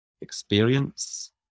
experience